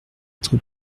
être